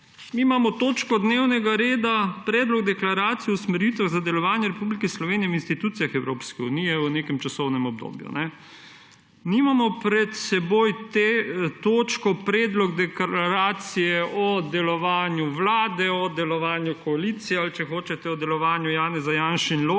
Mi imamo točko dnevnega reda predlog deklaracije o usmeritvah za delovanje Republike Slovenije v institucijah Evropske unije v nekem časovnem obdobju. Nimamo pred seboj točke predlog deklaracije o delovanju Vlade, o delovanju koalicije, ali če hočete, o delovanju Janeza Janše in